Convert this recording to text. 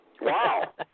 Wow